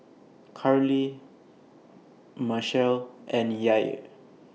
Carlie Marcelle and Yair